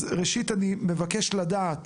אז ראשית, אני מבקש לדעת